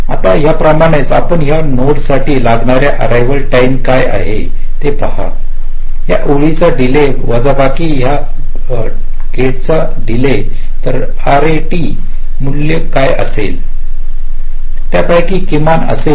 आता याप्रमाणेच आपण या नोड्ससाठी लागणाऱ्या अररिवाल टाईम काय आहे हे पहा या ओळींचे डीले वजाबाकी या गेटचा डील तर रॅट मूल्य काय मिळेल यापैकी किमान असेल